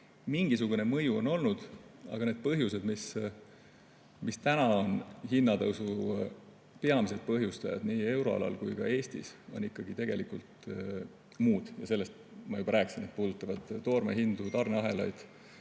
mingisugune mõju on olnud, aga need põhjused, mis täna on hinnatõusu peamised põhjustajad nii euroalal kui ka Eestis, on tegelikult ikkagi muud. Sellest ma juba rääkisin, et need puudutavad toormehindu, tarneahelaid,